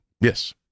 Yes